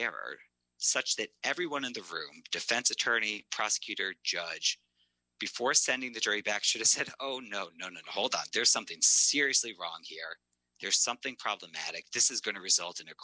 error such that everyone in the room defense attorney prosecutor judge before sending the jury back should have said oh no no no hold on there's something seriously wrong here there's something problematic this is going to result in